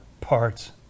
parts